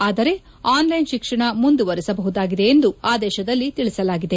ಆದರೆ online ಶಿಕ್ಷಣ ಮುಂದುವರಿಸಬಹುದಾಗಿದೆ ಎಂದು ಆದೇಶದಲ್ಲಿ ತಿಳಿಸಲಾಗಿದೆ